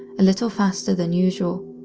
a little faster than usual.